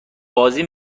بازی